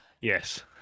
yes